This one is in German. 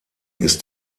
ist